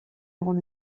egon